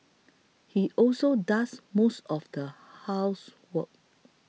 he also does most of the housework